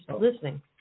listening